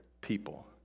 people